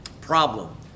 problem